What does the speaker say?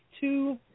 two